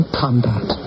combat